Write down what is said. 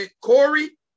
Corey